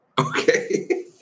Okay